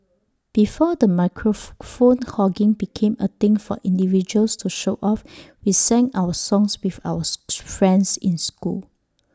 before the microphone phone hogging became A thing for individuals to show off we sang our songs with ours friends in school